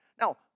Now